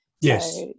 yes